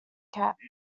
catch